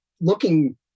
looking